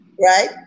right